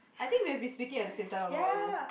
I think we have been speaking at the same time a lot you know